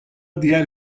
diğer